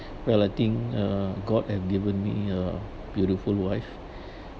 well I think uh god have given me a beautiful wife